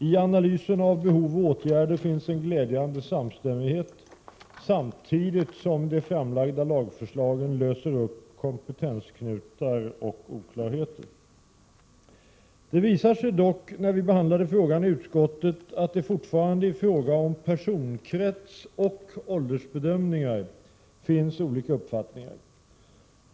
I analysen av behov och åtgärder finns en glädjande samstämmighet samtidigt som de framlagda lagförslagen löser upp kompetensknutar och oklarheter. Det visade sig dock när vi behandlade frågan i utskottet att det fortfarande ifråga om personkrets och åldersbedömningar finns olika uppfattningar.